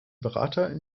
berater